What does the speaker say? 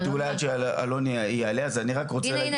עד שאלון יעלה אז אני רק רוצה להגיד -- הנה,